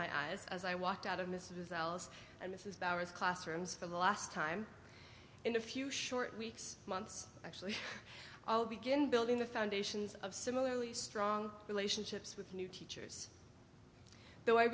my eyes as i walked out of mrs l's and this is bowers classrooms for the last time in a few short weeks months actually i'll begin building the foundations of similarly strong relationships with new teachers though i